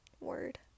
Word